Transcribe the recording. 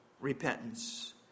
repentance